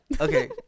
Okay